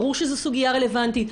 ברור שזו סוגייה רלבנטית,